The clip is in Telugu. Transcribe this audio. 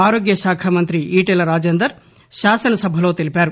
ఆరోగ్యశాఖమంగ్రి ఈటెల రాజేందర్ శాసనసభలో తెలిపారు